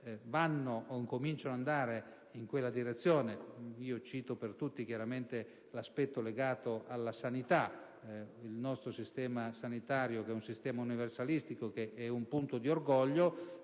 vanno o cominciano ad andare in quella direzione: cito per tutti l'aspetto legato alla sanità. Il nostro sistema sanitario è universalistico, è un punto di orgoglio